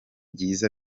byiza